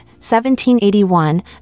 1781